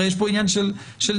הרי יש פה עניין של ניסוח.